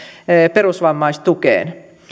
perusvammaistukeen